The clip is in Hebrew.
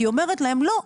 היא אומרת להם: לא,